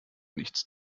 nichts